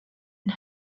and